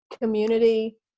community